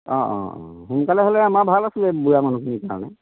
অঁ অঁ সোনকালে হ'লে আমাৰ ভাল আছিলে বুঢ়া মানুহখিনিৰ কাৰণে